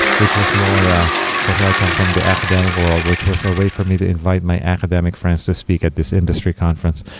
which was more ah because i come from the academic world, which was a way for me to invite my academic friends to speak at this industry conference.